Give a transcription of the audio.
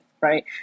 Right